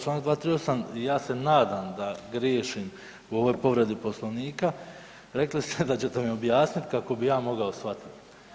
Čl. 238., ja se nadam da griješim u ovoj povredi Poslovnika, rekli ste da ćete mi objasniti kako bi ja mogao shvatiti.